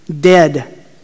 dead